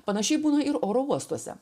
panašiai būna ir oro uostuose